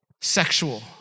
sexual